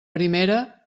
primera